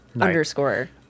Underscore